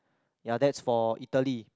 ya that's for Italy